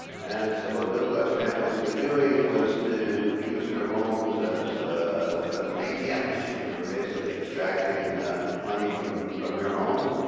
and so what middle class families were doing was to use their homes as as an atm machine. they were basically extracting money from from their homes.